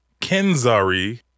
Kenzari